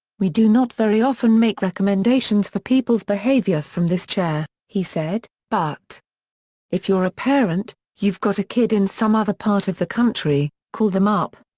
we do not very often make recommendations for people's behavior from this chair, he said, but if you're a parent, you've got a kid in some other part of the country, call them up.